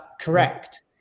correct